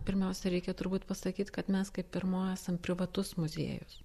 pirmiausia reikia turbūt pasakyt kad mes kaip ir mo esam privatus muziejus